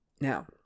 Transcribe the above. now